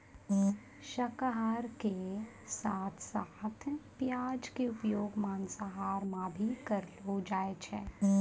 शाकाहार के साथं साथं प्याज के उपयोग मांसाहार मॅ भी करलो जाय छै